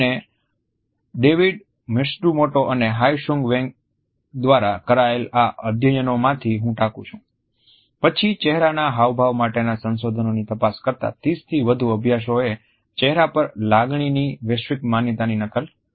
અને David Matsumoto અને Hyi Sung વેંગએ દ્વારા કરાયેલા આ અધ્યયનોમાથી હુ ટાંકુ છુ પછી ચહેરાના હાવભાવ માટેના સંશોધનની તપાસ કરતા 30થી વધુ અભ્યાસોએ ચહેરા પર લાગણીની વૈશ્વિક માન્યતાની નકલ કરી છે